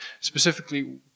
specifically